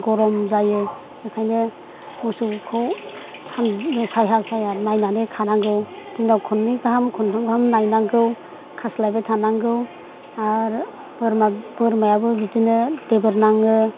गरम जायो बेखायनो मोसौखौ साया साया नायनानै खानांगौ दिनाव खननै गाहाम खन्थामगाहाम नायनांगौ खास्लायबाय थानांगौ आरो बोरमायाबो बिदिनो देबोर नाङो